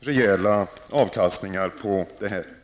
rejäla avkastningar på sitt kapital.